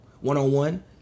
one-on-one